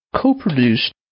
co-produced